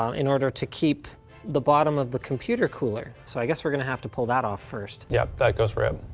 um in order to keep the bottom of the computer cooler, so i guess we're gonna have to pull that off first. yep, that goes rip.